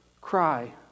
Cry